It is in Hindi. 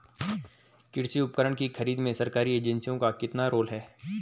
कृषि उपकरण की खरीद में सरकारी एजेंसियों का कितना रोल है?